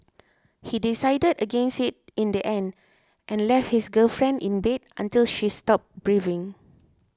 he decided against it in the end and left his girlfriend in bed until she stopped breathing